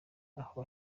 aho